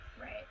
right